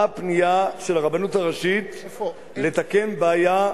באה פנייה של הרבנות הראשית לתקן בעיה